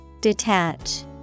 detach